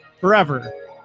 forever